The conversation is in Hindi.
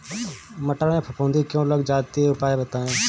मटर में फफूंदी क्यो लग जाती है उपाय बताएं?